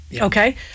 Okay